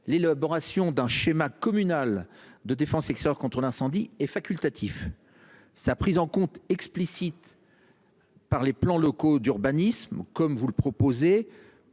l'élaboration d'un schéma communal de défense extérieure contre l'incendie est facultative. Sa prise en compte explicite par les plans locaux d'urbanisme, comme vous le proposez,